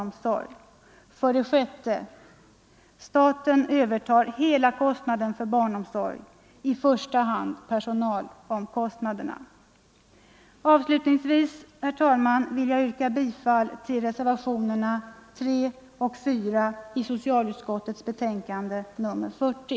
Staten övertar hela kostnaden för barnomsorg, i första hand personalkostnaderna. Avslutningsvis, herr talman, vill jag yrka bifall till reservationerna 3 och 4 i socialutskottets betänkande nr 40.